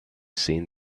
seen